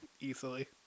Easily